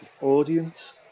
audience